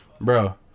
bro